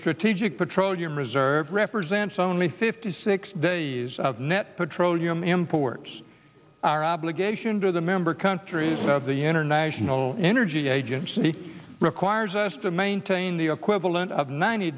strategic petroleum reserve represents only fifty six days of net petroleum imports our obligation to the member countries of the international energy agency requires us to maintain the equivalent of ninety